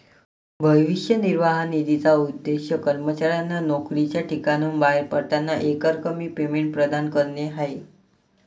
भविष्य निर्वाह निधीचा उद्देश कर्मचाऱ्यांना नोकरीच्या ठिकाणाहून बाहेर पडताना एकरकमी पेमेंट प्रदान करणे आहे